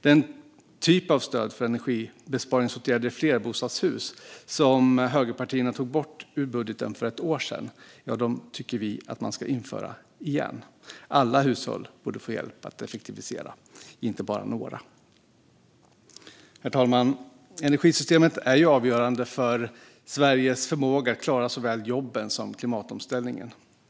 Den typ av stöd för energibesparingsåtgärder i flerbostadshus som högerpartierna tog bort ur budgeten för ett år sedan tycker vi att man ska införa igen. Alla hushåll borde få hjälp att effektivisera, inte bara några. Herr talman! Energisystemet är avgörande för Sveriges förmåga att klara såväl jobben som klimatomställningen.